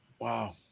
Wow